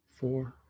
four